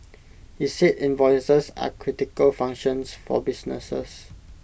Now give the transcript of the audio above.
he said invoices are critical functions for businesses